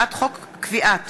הצעת חוק קביעת